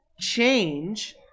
change